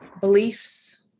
beliefs